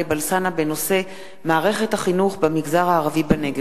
בנושא: מערכת החינוך במגזר הערבי בנגב,